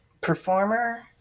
performer